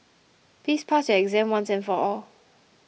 please pass your exam once and for all